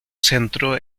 centro